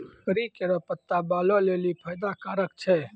करी केरो पत्ता बालो लेलि फैदा कारक छै